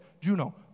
Juno